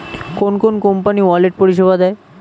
কোন কোন company wallet পরিষেবা দেয়?